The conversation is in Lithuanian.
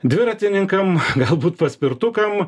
dviratininkam galbūt paspirtukam